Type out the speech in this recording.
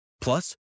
Plus